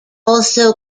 also